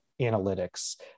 analytics